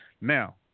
Now